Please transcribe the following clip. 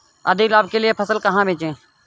अधिक लाभ के लिए फसल कहाँ बेचें?